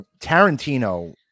Tarantino